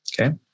Okay